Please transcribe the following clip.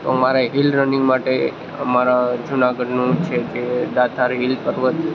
તો મારે hill running માટે અમારા જુનાગઢનું છે કે દાતારી હિલ પર્વત